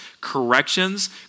corrections